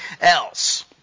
else